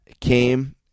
came